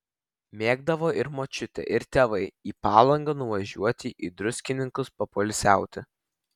mėgdavo ir močiutė ir tėvai į palangą nuvažiuoti į druskininkus papoilsiauti